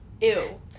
ew